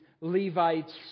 Levites